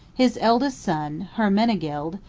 his eldest son hermenegild,